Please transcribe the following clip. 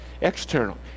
external